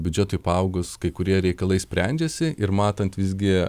biudžetui paaugus kai kurie reikalai sprendžiasi ir matant visgi